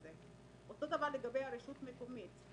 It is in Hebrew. אותו דבר לגבי רשות מקומית.